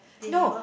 no